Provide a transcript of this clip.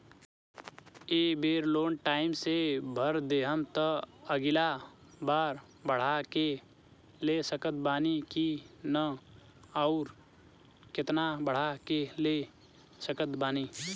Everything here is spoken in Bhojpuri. ए बेर लोन टाइम से भर देहम त अगिला बार बढ़ा के ले सकत बानी की न आउर केतना बढ़ा के ले सकत बानी?